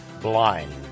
blind